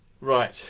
right